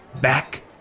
Back